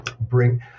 bring